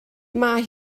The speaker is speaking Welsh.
mae